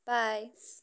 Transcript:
bye